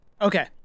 okay